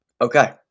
Okay